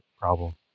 problem